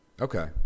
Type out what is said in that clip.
Okay